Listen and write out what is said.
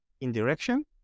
indirection